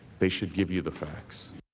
they should give you the facts